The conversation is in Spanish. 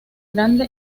grande